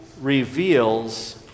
reveals